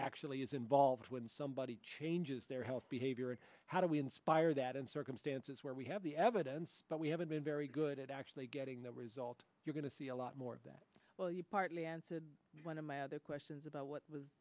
actually is involved when somebody changes their health behavior and how do we inspire that in circumstances where we have the evidence but we haven't been very good at actually getting the result you're going to see a lot more that well you partly answered one of my other questions about what was